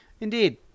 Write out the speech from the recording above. Indeed